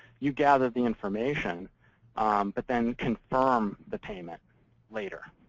you gather the information but then confirm the payment later.